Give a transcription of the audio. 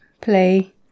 play